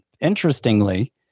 Interestingly